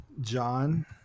John